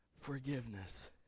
forgiveness